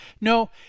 No